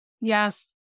Yes